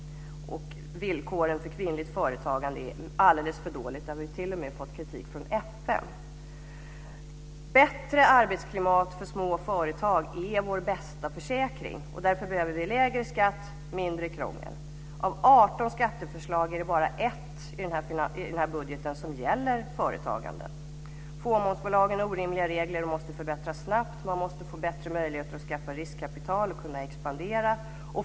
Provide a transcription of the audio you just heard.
Villkoren för kvinnligt företagande är alldeles för dåliga, där vi t.o.m. har fått kritik från FN. Bättre arbetsklimat för små företag är vår bästa försäkring, och därför behöver vi lägre skatt, mindre krångel. Av 18 skatteförslag är det bara ett i den här budgeten som gäller företagandet. Fåmansbolagen har orimliga regler som måste förbättras snabbt. Man måste få bättre möjligheter att skaffa riskkapital och kunna expandera.